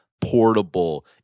portable